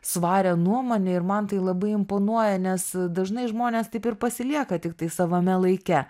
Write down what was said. svarią nuomonę ir man tai labai imponuoja nes dažnai žmonės taip ir pasilieka tiktai savame laike